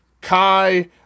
Kai